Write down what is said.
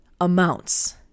amounts